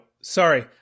sorry